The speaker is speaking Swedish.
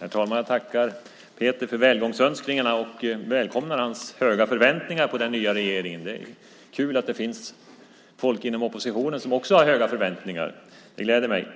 Herr talman! Jag tackar Peter för välgångsönskningarna och välkomnar hans höga förväntningar på den nya regeringen. Det är kul att det finns folk inom oppositionen som också har höga förväntningar. Det gläder mig.